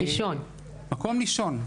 מקום לישון,